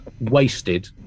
wasted